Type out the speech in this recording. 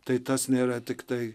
tai tas nėra tiktai